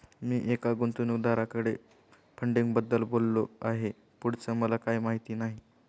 मी एका गुंतवणूकदाराकडे फंडिंगबद्दल बोललो आहे, पुढचं मला काही माहित नाही